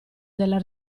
della